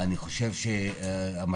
אני חושב שהמצב